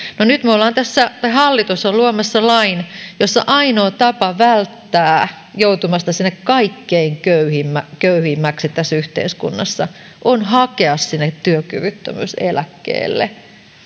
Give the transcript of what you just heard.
no nyt hallitus on luomassa lain jossa ainoa tapa välttää joutumasta sinne kaikkein köyhimmäksi köyhimmäksi tässä yhteiskunnassa on hakea sinne työkyvyttömyyseläkkeelle